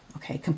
Okay